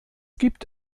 gibt